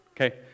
Okay